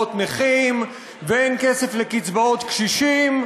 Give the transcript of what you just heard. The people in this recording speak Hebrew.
לקצבאות נכים, ואין כסף לקצבאות קשישים.